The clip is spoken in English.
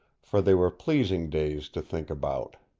for they were pleasing days to think about.